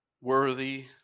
worthy